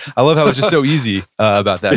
i love how it's just so easy about that.